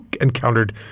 encountered